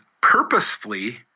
purposefully